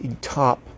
top